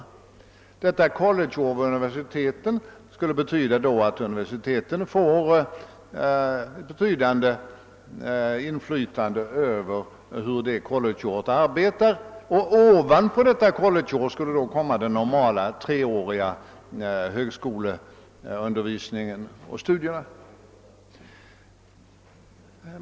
College-året vid universiteten skulle innebära att universiteten fick ett betydande inflytande härvidlag. Ovanpå college-året skulle komma den normala treåriga högskoleundervisningen.